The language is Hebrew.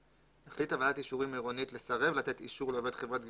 330יז החליטה ועדת אישורים עירונית לסרב לתת אישור לעובד חברת גבייה,